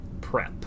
prep